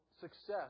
success